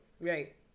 Right